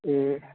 ए